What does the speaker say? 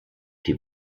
die